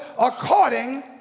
according